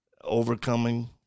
Overcoming